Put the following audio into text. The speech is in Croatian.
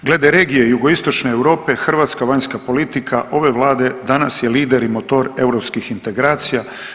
Glede regije jugoistočne Europe hrvatska vanjska politika ove Vlade danas je lider i motor europskih integracija.